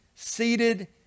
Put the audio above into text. seated